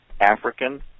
African